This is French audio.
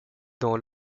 dans